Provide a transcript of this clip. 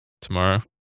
tomorrow